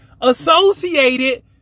associated